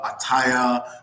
attire